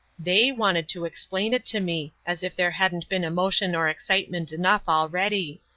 they wanted to explain it to me as if there hadn't been emotion or excitement enough already.